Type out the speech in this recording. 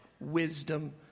wisdom